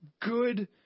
good